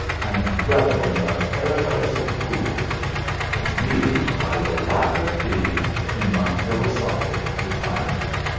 and revel in thy paradise of fools for me, i will laugh at thee in my philosophic retirement.